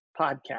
podcast